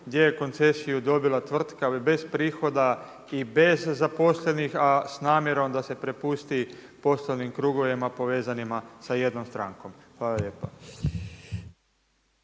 gdje je koncesiju dobila tvrtka bez prihoda i bez zaposlenih, a s namjerom da se prepusti poslovnim krugovima povezanima sa jednom strankom. Hvala lijepa.